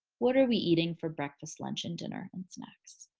what are we eating for breakfast lunch and dinner and snacks?